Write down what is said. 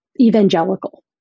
evangelical